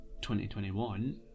2021